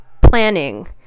planning